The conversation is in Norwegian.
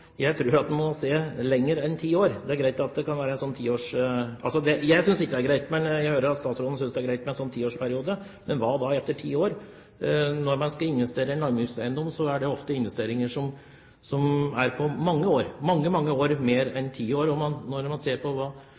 jeg tror at man må se lenger enn ti år. Jeg synes ikke det er greit, men jeg hører at statsråden synes det er greit med en slik tiårsperiode – men hva da etter ti år? Når man skal investere i en landbrukseiendom, er det ofte investeringer som går over mange år, mange flere år enn ti år, og når man ser på hva